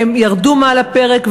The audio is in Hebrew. והם ירדו מעל הפרק,